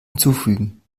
hinzufügen